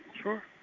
sure